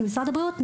כמשרד הבריאות,